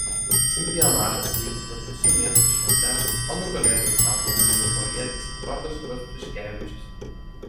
čempionatas vyko kartu su miesto švente o nugalėtoju tapo marijampolietis rokas kostiuškevičius